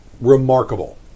remarkable